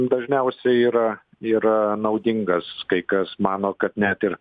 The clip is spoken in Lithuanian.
dažniausiai yra yra naudingas kai kas mano kad net ir